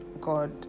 God